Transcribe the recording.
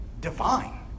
divine